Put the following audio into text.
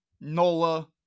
Nola